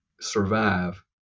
survive